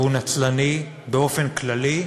והוא נצלני באופן כללי,